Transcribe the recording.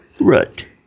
Right